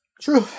True